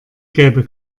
gelbe